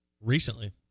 Recently